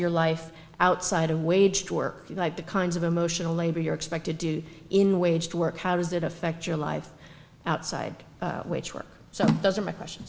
your life outside of wage to work like the kinds of emotional labor you're expected to do in waged work how does it affect your life outside which work so those are my question